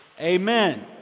Amen